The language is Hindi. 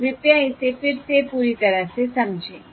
तो कृपया इसे फिर से पूरी तरह से समझें